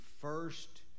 first